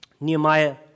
Nehemiah